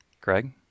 Greg